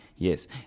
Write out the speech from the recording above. Yes